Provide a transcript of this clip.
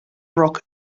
rock